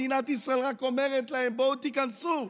מדינת ישראל רק אומרת להם: בואו תיכנסו,